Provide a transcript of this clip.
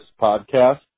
podcast